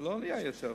ולא נהיה יותר טוב.